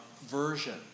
version